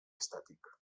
estàtic